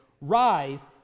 Rise